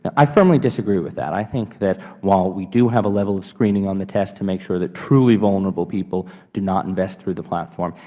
i firmly disagree with that. i think that while we do have a level of screening on the test to make sure that truly vulnerable people do not invest through the platform,